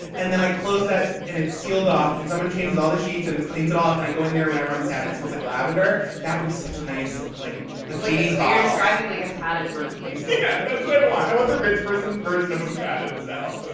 and then i closed that and it's sealed off, and someone changes all the sheets and cleans it off, and i go in there whenever i'm sad. it smells like lavender. that would be such a nice like like like genie's bottle. you're describing like a padded room, basically. yeah, that's what i want. i want the rich person's version of a padded cell.